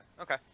okay